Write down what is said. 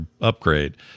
upgrade